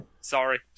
Sorry